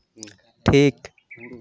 ᱴᱷᱤᱠ